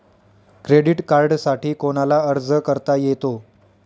Credit कार्डसाठी कोणाला अर्ज करता येतो?